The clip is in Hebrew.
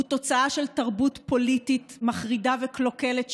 הוא תוצאה של תרבות פוליטית מחרידה וקלוקלת,